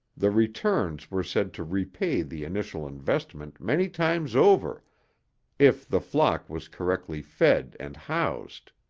the returns were said to repay the initial investment many times over if the flock was correctly fed and housed.